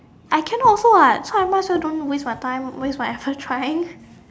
I cannot also what so I might as well don't waste my time waste my effort trying